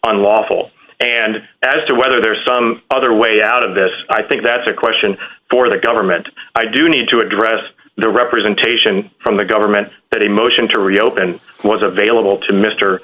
unlawful and as to whether there's some other way out of this i think that's a question for the government i do need to address the representation from the government that a motion to reopen was available to mr